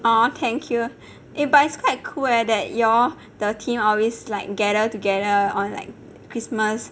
!aww! thank you eh but it's quite cool eh that you all the team always like gather together on like christmas